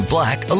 Black